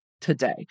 today